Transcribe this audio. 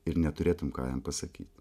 ir neturėtum ką jam pasakyt